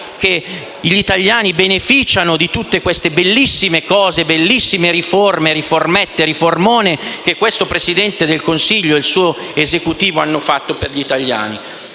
cui gli italiani beneficiano di tutte queste bellissime riforme, riformette e riformone che questo Presidente del Consiglio ed il suo Esecutivo hanno fatto per loro.